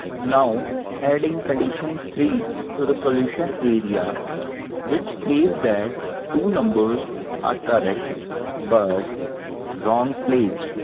now adding condition three to the solution area which says that two numbers are correct but wrongly placed.